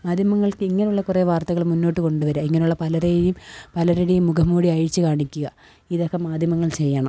മാധ്യമങ്ങള്ക്ക് ഇങ്ങനെയുള്ള കുറെ വാര്ത്തകള് മുന്നോട്ട് കൊണ്ടുവരുക ഇങ്ങനെയുള്ള പലരേയും പലരുടേയും മുഖം മൂടി അഴിച്ചു കാണിക്കുക ഇതൊക്കെ മാധ്യമങ്ങള് ചെയ്യണം